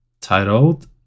titled